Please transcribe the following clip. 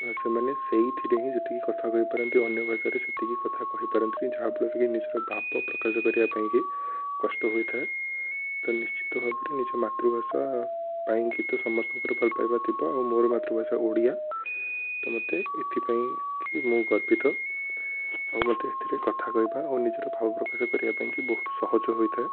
ସେମାନେ ସେଇଥିରେ ହିଁ ଯେତିକି କଥା କହିପାରନ୍ତି ଅନ୍ୟ ଭାଷାରେ ସେତିକି କଥା କହିପାରନ୍ତିନି ଯାହାଫଳରେ କି ନିଜର ଭାବ ପ୍ରକାଶ କରିବା ପାଇଁକି କଷ୍ଟ ହୋଇଥାଏ ତ ନିଶ୍ଚିତ ଭାବରେ ନିଜ ମାତୃଭାଷା ପାଇଁ କି ତ ସମସ୍ତଙ୍କର ଭଲପାଇବା ଥିବ ଆଉ ମୋର ମାତୃଭାଷା ଓଡ଼ିଆ ତ ମୋତେ ଏଥିପାଇଁକି ମୁଁ ଗର୍ବିତ ଆଉ ମୋତେ ଏଥିରେ କଥା କହିବା ଓ ନିଜର ଭାବପ୍ରକାଶ କରିବା ପାଇଁକି ବହୁତ ସହଜ ହୋଇଥାଏ